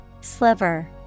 Sliver